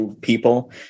people